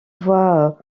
voie